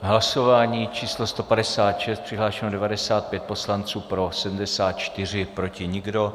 Hlasování číslo 156, přihlášeno 95 poslanců, pro 74, proti nikdo.